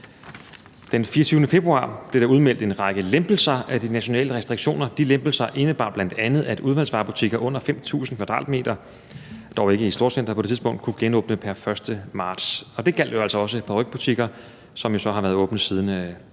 Den 24. februar blev der udmeldt en række lempelser af de nationale restriktioner, og de lempelser indebar bl.a., at udvalgsvarebutikker under 5.000 m2, dog ikke i storcentre på det tidspunkt, kunne genåbne pr. 1. marts, og det gjaldt jo altså også parykbutikker, som så har været åbne siden 1.